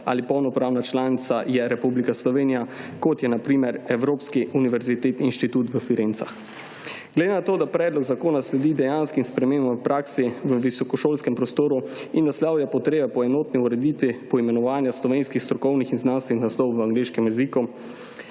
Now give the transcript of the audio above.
ali polnopravna članica je Republika Slovenija, kot je na primer Evropski univerzitetni inštitut v Firencah. Glede na to, da predlog zakona sledi dejanskim spremembah v praksi, v visokošolskem prostoru in da slavje potrebe po enotni ureditvi poimenovanja slovenskih strokovnih in znanstvenih naslovov v angleškem jeziku,